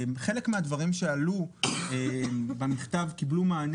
חלק מן הדברים שעלו במכתב קיבלו מענה